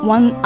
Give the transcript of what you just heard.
One